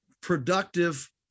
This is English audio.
productive